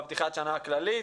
בפתיחת השנה הכללית,